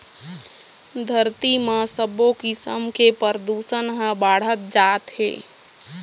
धरती म सबो किसम के परदूसन ह बाढ़त जात हे